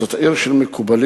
זו עיר של מקובלים,